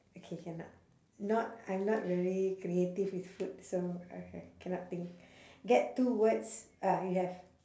okay cannot not I'm not very creative with food so okay cannot think get two words uh you have